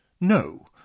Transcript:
No